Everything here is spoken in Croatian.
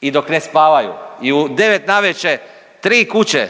I dok ne spavaju i u 9 navečer 3 kuće,